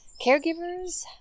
Caregivers